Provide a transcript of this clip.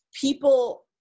people